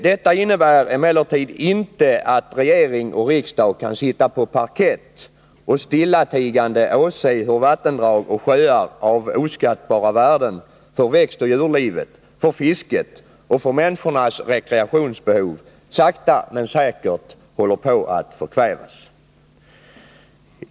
Detta innebär emellertid inte att regering och riksdag kan sitta på parkett och stillatigande åse hur vattendrag och sjöar av oskattbara värden för växtoch djurlivet, för fisket och för människornas rekreationsbehov sakta men säkert håller på att förkvävas.